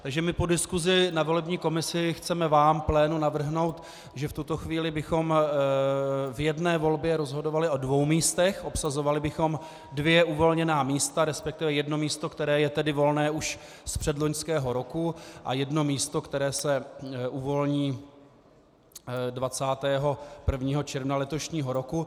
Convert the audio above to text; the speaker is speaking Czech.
Takže my po diskusi na volební komisi chceme vám, plénu, navrhnout, že v tuto chvíli bychom v jedné volbě rozhodovali o dvou místech, obsazovali bychom dvě uvolněná místa, resp. jedno místo, které je tedy volné už z předloňského roku, a jedno místo, které se uvolní 21. června letošního roku.